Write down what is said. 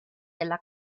della